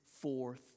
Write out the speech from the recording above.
forth